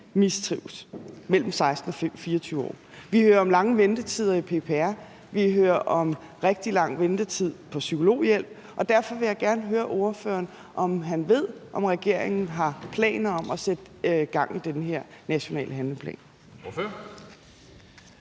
mand mellem 16 og 24 år mistrives. Vi hører om lange ventetider i PPR, vi hører om rigtig lang ventetid på psykologhjælp, og derfor vil jeg gerne høre ordføreren, om han ved, om regeringen har planer om at sætte gang i den her nationale handleplan.